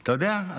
אתה יודע,